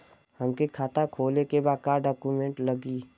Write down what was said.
हमके खाता खोले के बा का डॉक्यूमेंट लगी?